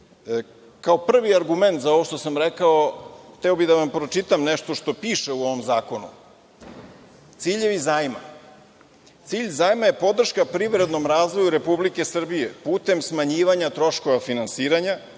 Kao prvi argument za ovo što sam rekao, hteo bih da vam pročitam nešto što piše u ovom zakonu – Ciljevi zajma - cilj zajma je podrška privrednom razvoju Republike Srbije putem smanjivanja troškova finansiranja,